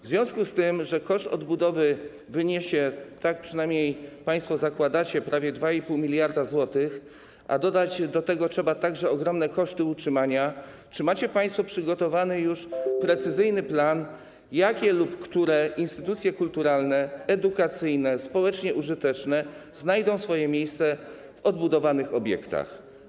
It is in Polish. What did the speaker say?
W związku z tym, że koszt odbudowy wyniesie - tak przynajmniej państwo zakładacie - prawie 2,5 mld zł, a dodać do tego trzeba także ogromne koszty utrzymania, czy macie państwo przygotowany już precyzyjny plan, jakie instytucje kulturalne, edukacyjne, społecznie użyteczne znajdą swoje miejsce w odbudowanych obiektach?